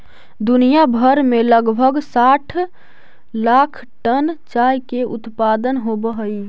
दुनिया भर में लगभग साठ लाख टन चाय के उत्पादन होब हई